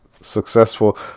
successful